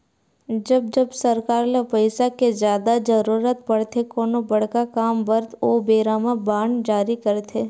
जब जब सरकार ल पइसा के जादा जरुरत पड़थे कोनो बड़का काम बर ओ बेरा म बांड जारी करथे